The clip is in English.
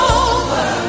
over